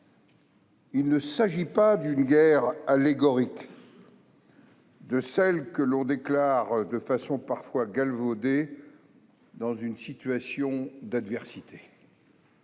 Il ne s'agit pas d'une guerre allégorique, de celles que l'on déclare de façon galvaudée dans une situation d'adversité.